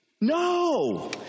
No